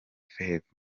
faith